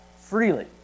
freely